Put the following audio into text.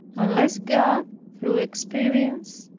unless god through experience,